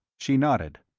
she nodded.